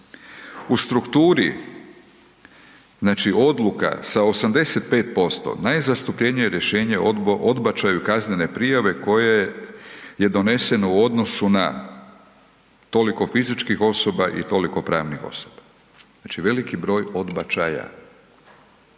u strukturi, znači odluka sa 85%, najzastupljenije je rješenje o odbačaju kaznene prijave koje je doneseno u odnosu na toliko fizičkih osoba i toliko pravnih osoba. Znači veliki broj odbačaja.